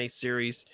series